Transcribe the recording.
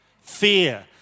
fear